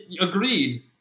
agreed